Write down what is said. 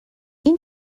این